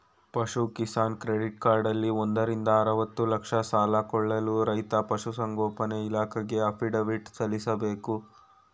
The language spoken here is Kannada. ಪಶು ಕಿಸಾನ್ ಕ್ರೆಡಿಟ್ ಕಾರ್ಡಲ್ಲಿ ಒಂದರಿಂದ ಅರ್ವತ್ತು ಲಕ್ಷ ಸಾಲ ಕೊಳ್ಳಲು ರೈತ ಪಶುಸಂಗೋಪನೆ ಇಲಾಖೆಗೆ ಅಫಿಡವಿಟ್ ಸಲ್ಲಿಸ್ಬೇಕು